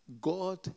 God